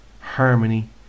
harmony